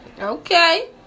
Okay